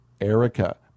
Erica